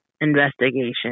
investigation